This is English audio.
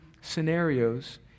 scenarios